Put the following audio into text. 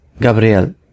Gabriel